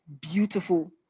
beautiful